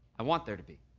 i want there to be.